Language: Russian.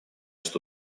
что